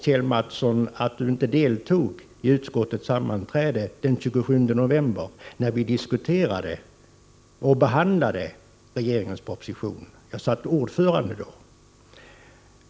Kjell Mattsson deltog inte i utskottets sammanträde den 27 november, då vi diskuterade och behandlade regeringens proposition. Jag satt ordförande vid det tillfället.